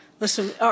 Listen